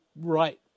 right